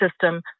system